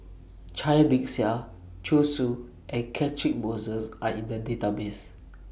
Cai Bixia Zhu Xu and Catchick Moses Are in The Database